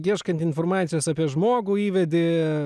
ieškant informacijos apie žmogų įvedi